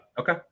Okay